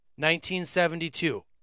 1972